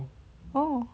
oh